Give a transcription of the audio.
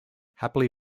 happily